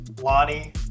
Lonnie